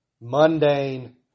mundane